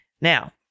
Now